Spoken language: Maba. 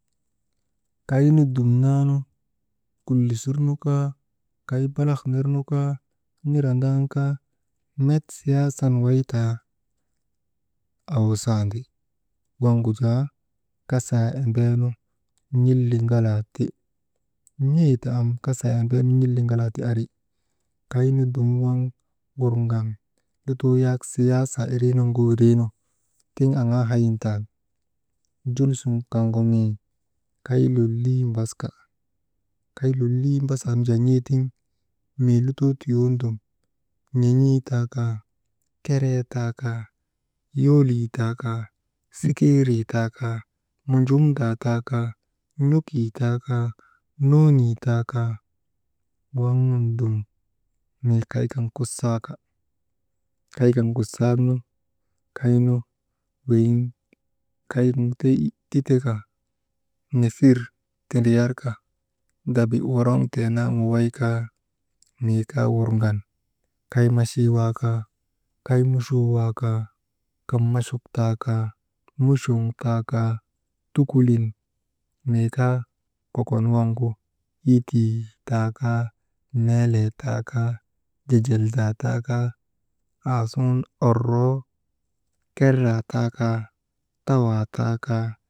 Kaynu dumnaanu kullisir nu kaa kay balak nirnu kaa nirandaanu kaa met siyaasan waytaa, awasandi, waŋgu jaa kasaa embeenu n̰iliŋalaa ti, n̰eeta am kasaa embeenu n̰iliŋalaa ti ari, kaynu dumnaanu waŋ wurŋan lutoo yak siyaasaa iriinuŋgu windrii nu tiŋ aŋaa hayin taa ni, jul sun kaŋgu mii kay lolii mbaska, kay lolii mbasaanu jaa n̰eetiŋ mii lutoo tuyoonu dum n̰en̰ii taa kaa keree taa kaa, yolii taa kaa, sikirii taa kaa, munjumdaa taa kaa n̰okii taa kaa, noni taa kaa waŋ nun dum mii kay kan kusaaka, kaynu weyiŋ kaŋ gudey itikeka nefir tondriyar ka dabi woroŋtee naa waway kaa, mii kaa wurŋan kay machuu waa kaa, kay muchoo waa kaa, kaŋ machuk taa kaa muchoŋ taa kaa, tukulin mii kaa kokon waŋgu, yitii taa kaa melee taa kaa jejeldaa taa kaa, aasuŋun oroo kerree taa kaa, tawaa taa kaa.